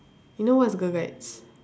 you know what's girl guides